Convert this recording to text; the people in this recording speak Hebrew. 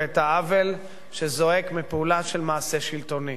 ואת העוול שזועק מפעולה של מעשה שלטוני,